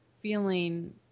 feeling